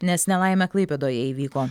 nes nelaimė klaipėdoje įvyko